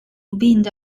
wind